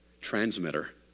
transmitter